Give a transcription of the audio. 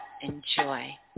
enjoy